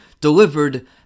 delivered